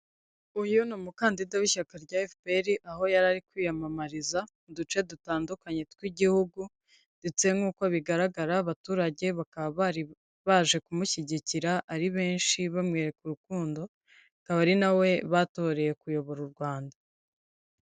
Uyu ni umukandida w'ishyaka rya FPR aho yari ari kwiyamamariza mu duce dutandukanye tw'igihugu ndetse nk'uko bigaragara abaturage bakaba bari baje kumushyigikira ari benshi bamwereka urukundo, akaba ari na we batoreye kuyobora u Rwanda.